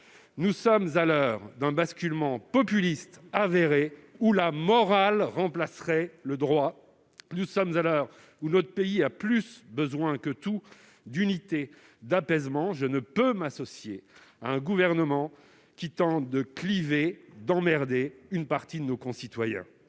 Nous sommes à l'heure d'un basculement populiste avéré, qui verrait la morale remplacer le droit. Nous sommes à l'heure où notre pays a plus que tout besoin d'unité et d'apaisement. Je ne peux pas m'associer à un gouvernement qui tente de créer des clivages, d'« emmerder » une partie de nos concitoyens.